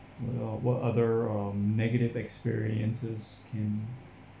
what other um negative experiences can